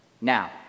now